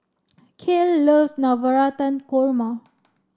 Cale loves Navratan Korma